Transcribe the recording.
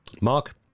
Mark